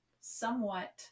somewhat